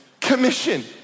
commission